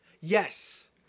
Yes